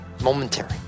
momentary